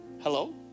Hello